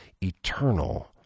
Eternal